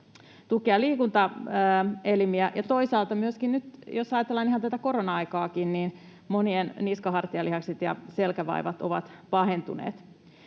tuki- ja liikuntaelimiä, ja toisaalta myöskin, jos ajatellaan ihan tätä korona-aikaakin, monien niska- ja hartialihasten ja selän vaivat ovat pahentuneet.